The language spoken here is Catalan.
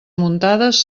muntades